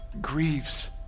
grieves